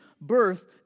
birth